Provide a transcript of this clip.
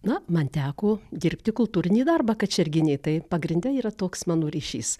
na man teko dirbti kultūrinį darbą kačerginėj tai pagrinde yra toks mano ryšys